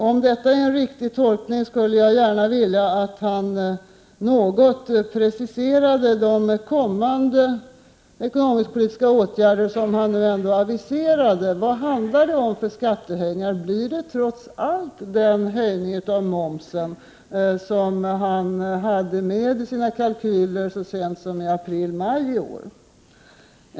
Om detta är en riktig tolkning skulle jag gärna vilja att finansministern något preciserade de kommande ekonomiskpolitiska åtgärder som han ändå aviserat. Vad handlar det om för skattehöjningar? Blir det trots allt den höjning av momsen som han hade med i sina kalkyler så sent som i april/maj i år?